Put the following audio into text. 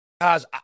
Guys